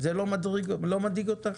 זה לא מדאיג אותך?